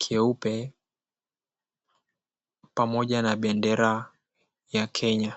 kieupe, pamoja na bendera ya Kenya.